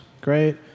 Great